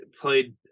played